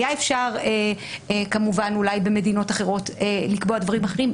היה אפשר כמובן אולי במדינות אחרות לקבוע דברים אחרים.